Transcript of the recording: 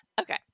okay